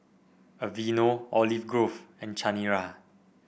Aveeno Olive Grove and Chanira